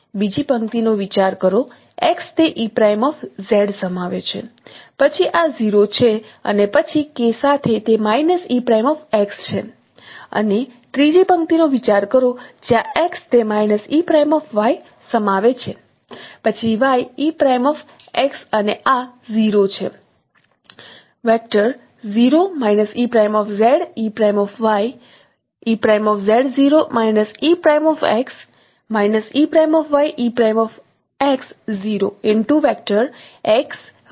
બીજી પંક્તિનો વિચાર કરો x તે સમાવે છે પછી આ 0 છે અને પછી k સાથે તે છે અને ત્રીજી પંક્તિનો વિચાર કરો જ્યાં x તે સમાવે છે પછી y અને આ 0 છે